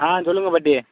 ஆ சொல்லுங்கள் பாட்டி